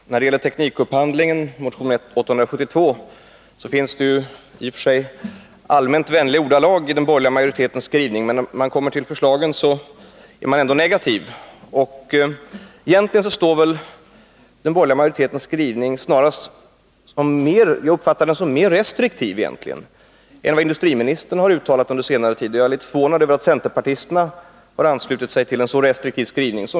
Herr talman! När det gäller teknikupphandlingen, som behandlas i motion 872, finns det i och för sig allmänt vänliga ordalag i den borgerliga majoritetens skrivning, men när man kommer till förslagen är man ändå negativ. Egentligen uppfattar jag den borgerliga majoritetens skrivning snarast som mer restriktiv än industriministerns uttalanden under senare tid, och jag är förvånad över att centerpartisterna har anslutit sig till en så restriktiv skrivning.